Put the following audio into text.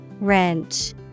Wrench